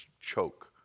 choke